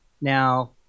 Now